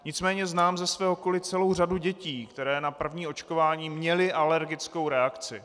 Nicméně znám ze svého okolí celou řadu dětí, které na první očkování měly alergickou reakci.